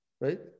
right